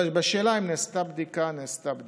בשאלה אם נעשתה בדיקה, נעשתה בדיקה.